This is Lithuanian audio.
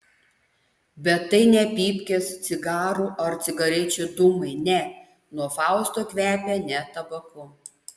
bet tai ne pypkės cigarų ar cigarečių dūmai ne nuo fausto kvepia ne tabaku